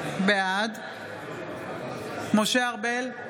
בעד משה ארבל,